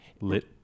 lit